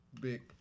big